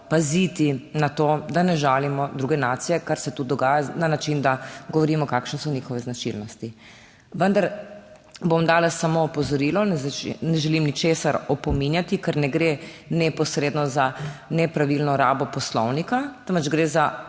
paziti na to, da ne žalimo druge nacije, kar se tu dogaja, na način, da govorimo, kakšne so njihove značilnosti. Vendar bom dala samo opozorilo. Ne želim ničesar opominjati, ker ne gre neposredno za nepravilno rabo Poslovnika, temveč gre za